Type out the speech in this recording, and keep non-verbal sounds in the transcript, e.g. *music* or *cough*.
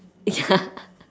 ya *laughs*